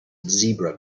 zebra